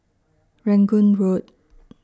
Rangoon Road